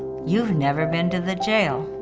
you have never been to the jail.